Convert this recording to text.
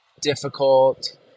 difficult